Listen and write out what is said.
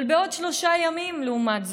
אבל בעוד שלושה ימים, לעומת זאת,